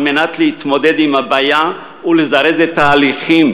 כדי להתמודד עם הבעיה ולזרז את ההליכים